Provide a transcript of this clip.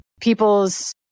people's